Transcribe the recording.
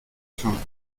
fin